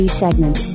segment